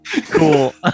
Cool